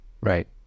Right